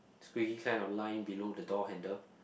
squiggly kind of line below the door handle